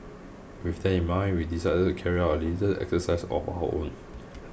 with that in mind we decided to carry out a little exercise of our own